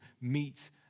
meet